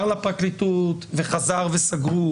הוא הועבר לפרקליטות, חזר ונסגר,